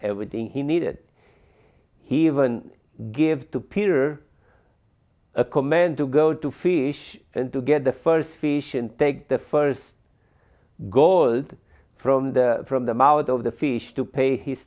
everything he needed he even gave to peter a command to go to fish and to get the first fish and take the first gold from the from the mouth of the fish to pay